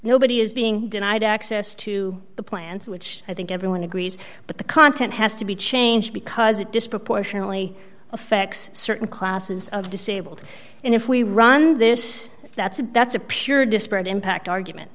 nobody is being denied access to the plans which i think everyone agrees but the content has to be changed because it disproportionately affects certain classes of disabled and if we run this that's a bet's a pure disparate impact argument